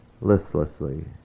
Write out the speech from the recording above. Listlessly